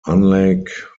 unlike